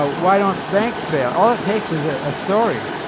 ah why don't banks fail? all it takes is a ah story.